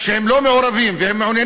אומר היום שהם לא מעורבים והם מעוניינים